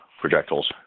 projectiles